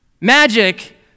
Magic